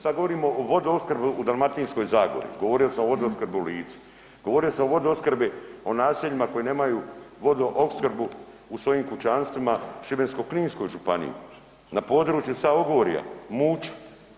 Sad govorimo o vodoopskrbi u Dalmatinskoj zagori, govorio sam o vodoopskrbi u Lici, govorio sam o vodoopskrbi o naseljima koji nemaju vodoopskrbu u svojim kućanstvima, Šibensko-kninskoj županiji, na području sad Ogorja, Muća.